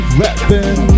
rapping